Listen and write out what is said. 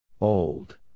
Old